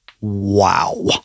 wow